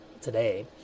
today